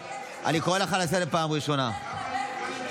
ובדיוק בזה אנחנו נלחמים.